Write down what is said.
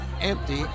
empty